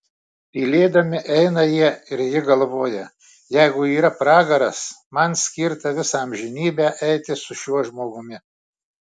tylėdami eina jie ir ji galvoja jeigu yra pragaras man skirta visą amžinybę eiti su šiuo žmogumi